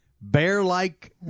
bear-like